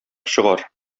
чыгар